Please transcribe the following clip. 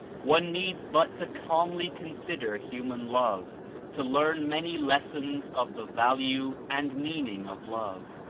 one needs but to calmly consider human love to learn many lessons of the value and meaning of love.